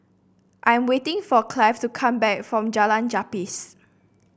I am waiting for Clive to come back from Jalan Gapis